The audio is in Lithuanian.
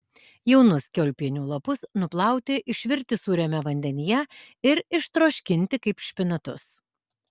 jaunus kiaulpienių lapus nuplauti išvirti sūriame vandenyje ir ištroškinti kaip špinatus